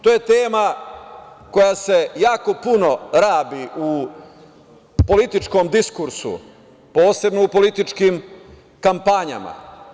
To je tema koja se jako puno rabi u političkom diskursu, posebno u političkim kampanjama.